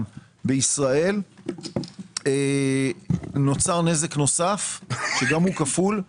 בישראל נוצר נזק נוסף שגם הוא כפול,